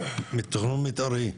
תכנון מתארי,